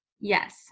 Yes